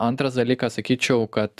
antras dalykas sakyčiau kad